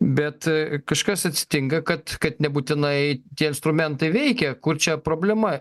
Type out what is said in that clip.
bet kažkas atsitinka kad kad nebūtinai tie instrumentai veikia kur čia problema